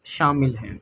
شامل ہیں